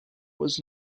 was